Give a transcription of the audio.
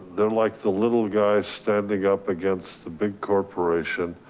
then like the little guy standing up against the big corporation.